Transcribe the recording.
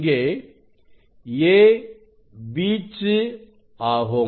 இங்கே a வீச்சு ஆகும்